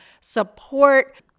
support